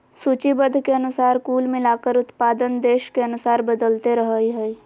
सूचीबद्ध के अनुसार कुल मिलाकर उत्पादन देश के अनुसार बदलते रहइ हइ